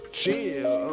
chill